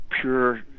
pure